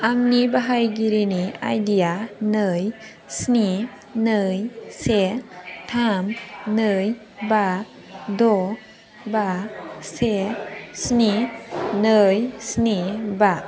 आंनि बाहायगिरिनि आइडि या नै स्नि नै से थाम नै बा द' बा से स्नि नै स्नि बा